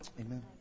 Amen